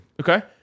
Okay